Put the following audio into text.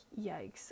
yikes